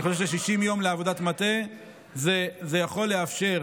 אני חושב ש-60 יום לעבודת מטה זה יכול לאפשר